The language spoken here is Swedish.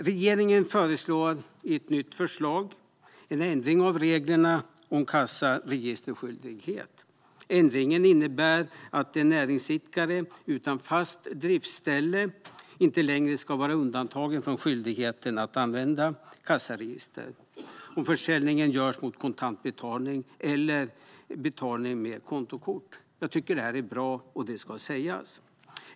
Regeringen föreslår i ett nytt förslag en ändring av reglerna för kassaregisterskyldighet. Ändringen innebär att näringsidkare utan fast driftställe inte längre ska vara undantagna från skyldigheten att använda kassaregister om försäljningen görs mot kontantbetalning eller betalning med kontokort. Jag tycker att det är bra, och det ska sägas.